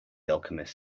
alchemist